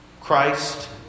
Christ